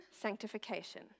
sanctification